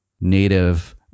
native